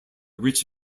rich